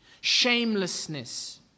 shamelessness